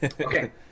Okay